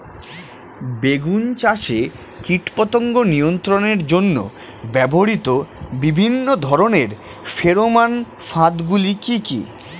বেগুন চাষে কীটপতঙ্গ নিয়ন্ত্রণের জন্য ব্যবহৃত বিভিন্ন ধরনের ফেরোমান ফাঁদ গুলি কি কি?